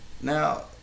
Now